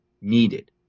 needed